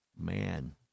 man